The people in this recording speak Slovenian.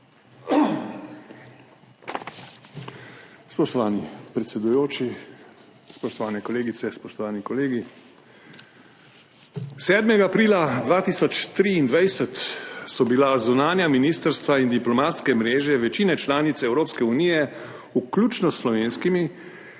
Spoštovani predsedujoči, spoštovane kolegice, spoštovani kolegi! 7. aprila 2023 so bila zunanja ministrstva in diplomatske mreže večine članic Evropske unije, vključno s slovenskimi,